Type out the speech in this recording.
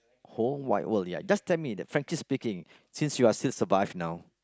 whole wide world ya just tell me the frankly speaking since you're still survive now